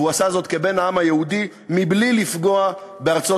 והוא עשה זאת כבן העם היהודי מבלי לפגוע בארצות-הברית,